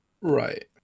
right